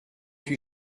huit